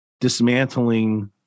dismantling